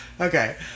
Okay